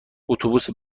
اتوبوس